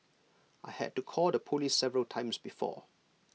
I had to call the Police several times before